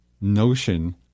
notion